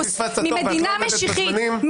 ממדינה משיחית,